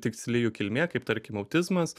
tiksli jų kilmė kaip tarkim autizmas